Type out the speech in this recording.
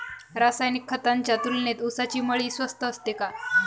रासायनिक खतांच्या तुलनेत ऊसाची मळी स्वस्त असते का?